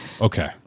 Okay